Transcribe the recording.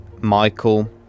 Michael